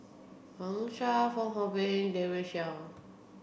Wang Sha Fong Hoe Beng Daren Shiau